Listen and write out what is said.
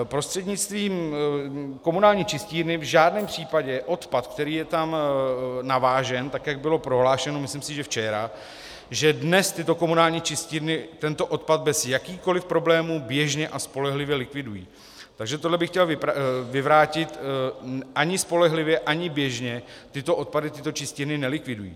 Prostřednictvím komunální čistírny v žádném případě odpad, který je tam navážen, tak jak bylo prohlášeno, myslím si, že včera, že dnes tyto komunální čistírny tento odpad bez jakýchkoliv problémů běžně a spolehlivě likvidují, takže tohle bych chtěl vyvrátit ani spolehlivě, ani běžně tyto odpady tyto čistírny nelikvidují.